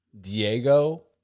Diego